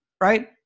Right